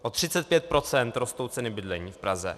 O 35 % rostou ceny bydlení v Praze.